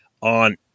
on